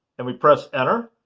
and we press enter